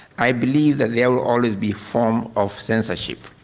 i believe that there will always be form of censorship